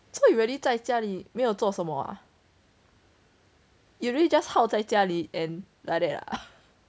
so you really 在家里没有做什么 ah you really just 宅在家里 and like that ah